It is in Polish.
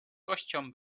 kością